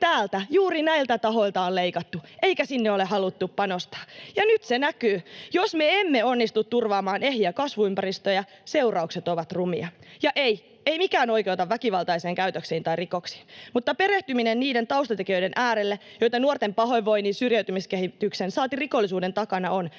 täältä, juuri näiltä tahoilta on leikattu, eikä sinne ole haluttu panostaa, ja nyt se näkyy. Jos me emme onnistu turvaamaan ehjiä kasvuympäristöjä, seuraukset ovat rumia. Ja ei, ei mikään oikeuta väkivaltaiseen käytökseen tai rikoksiin, mutta perehtyminen niiden taustatekijöiden äärelle, joita nuorten pahoinvoinnin tai syrjäytymiskehityksen saati rikollisuuden takana on,